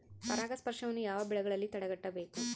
ಪರಾಗಸ್ಪರ್ಶವನ್ನು ಯಾವ ಬೆಳೆಗಳಲ್ಲಿ ತಡೆಗಟ್ಟಬೇಕು?